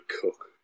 cook